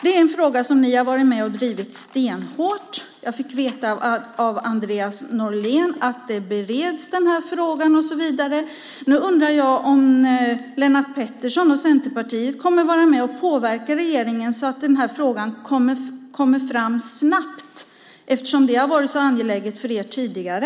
Denna fråga har ni varit med och drivit stenhårt. Jag fick veta av Andreas Norlén att frågan bereds. Nu undrar jag om Lennart Pettersson och Centerpartiet kommer att vara med och påverka regeringen så att denna fråga kommer fram snabbt. Det har ju varit så angeläget för er tidigare.